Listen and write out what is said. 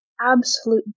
absolute